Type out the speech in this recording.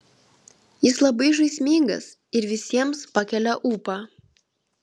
jis labai žaismingas ir visiems pakelia ūpą